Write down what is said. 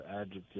adjective